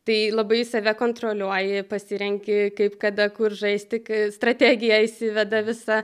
tai labai save kontroliuoji pasirenki kaip kada kur žaisti strategiją įsiveda visą